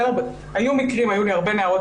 לא במיקור חוץ